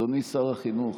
אדוני שר החינוך,